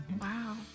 Wow